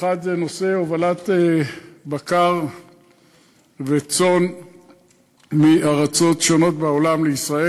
האחד זה נושא הובלת בקר וצאן מארצות שונות בעולם לישראל.